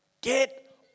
Get